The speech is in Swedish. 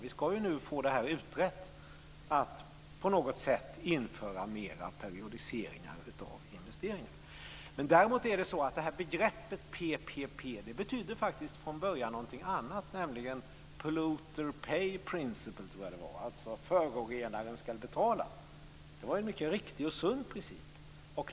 Vi ska ju nu få det här, dvs. att på något sätt införa mer periodiseringar av investeringar, utrett. Begreppet PPP betyder faktiskt från början något annat, nämligen polluter pays principle, dvs. att förorenaren ska betala. Det var en mycket riktig och sund princip.